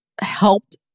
helped